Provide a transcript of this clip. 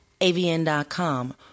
AVN.com